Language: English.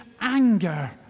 anger